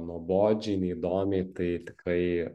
nuobodžiai neįdomiai tai tikrai